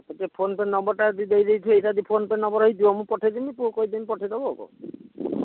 ମୋତେ ଟିକିଏ ଫୋନ ପେ ନମ୍ବରଟା ଦେଇ ଦେଇଥିବେ ଏଇଟା ଯଦି ଫୋନ ପେ ନମ୍ବର ହେଇଥିବ ମୁଁ ପଠାଇ ଦେବି ପୁଅକୁ କହିଦେମି ପଠାଇ ଦେବ ଆଉ କ'ଣ